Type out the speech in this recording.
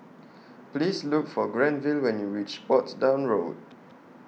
Please Look For Granville when YOU REACH Portsdown Road